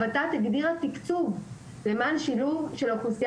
הות"ת הגדירה תקצוב למען שילוב של האוכלוסייה